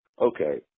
Okay